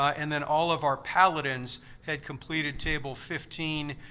ah and then all of our paladins had completed table fifteen,